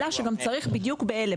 עלה שגם צריך בדיוק באלה,